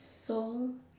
so